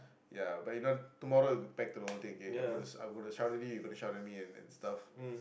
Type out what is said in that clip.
ya but you know tomorrow back to the whole thing Again I'm I'm gonna shout at you you gonna shout at me and and stuff